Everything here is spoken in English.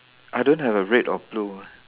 I don't have a red or blue